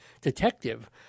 detective